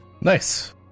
Nice